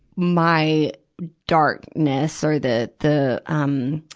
my darkness or the, the, um,